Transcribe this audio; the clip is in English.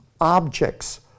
objects